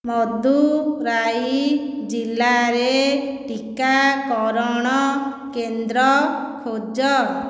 ମଦୁରାଇ ଜିଲ୍ଲାରେ ଟିକାକରଣ କେନ୍ଦ୍ର ଖୋଜ